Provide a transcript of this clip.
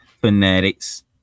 fanatics